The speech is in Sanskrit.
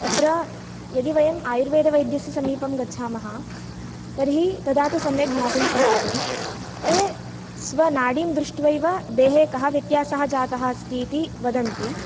अत्र यदि वयं आयुर्वेदवैद्यस्य समीपं गच्छामः तर्हि तदा तु सम्यक् ज्ञातुं शक्यते ते स्वनाडीं दृष्ट्वैव देहे कः व्यत्यासः जातः अस्तीति वदन्ति